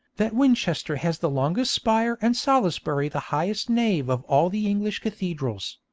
that winchester has the longest spire and salisbury the highest nave of all the english cathedrals.